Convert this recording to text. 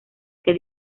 que